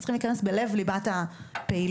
צריך להיכנס בלב ליבת הפעילות.